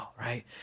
right